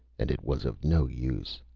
and it was of no use.